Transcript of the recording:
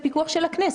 הכנסת.